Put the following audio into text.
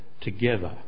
together